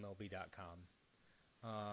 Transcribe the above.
MLB.com